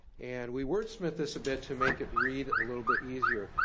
and we wordsmith this a bit to make it read a little bit easier,